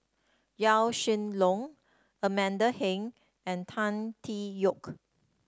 Yaw Shin Leong Amanda Heng and Tan Tee Yoke